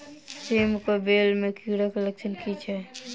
सेम कऽ बेल म कीड़ा केँ लक्षण की छै?